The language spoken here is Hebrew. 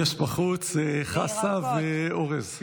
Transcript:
יש בחוץ חסה ואורז.